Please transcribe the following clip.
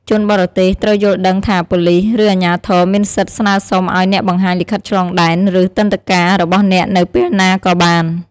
ជនបរទេសត្រូវយល់ដឹងថា ប៉ូលិស ឬអាជ្ញាធរមានសិទ្ធិស្នើសុំឱ្យអ្នកបង្ហាញលិខិតឆ្លងដែន ឬ ទិដ្ឋាការ របស់អ្នកនៅពេលណាក៏បាន។